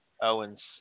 Owen's